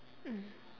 mm